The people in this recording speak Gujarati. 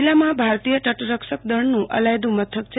જીલ્લામાં ભારતીય તટરક્ષક દળનું અલાયદું મથક છે